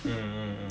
mm mm mm